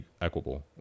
equable